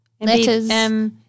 letters